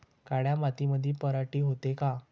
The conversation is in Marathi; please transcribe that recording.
काळ्या मातीमंदी पराटी होते का?